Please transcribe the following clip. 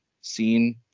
seen